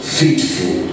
faithful